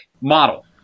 model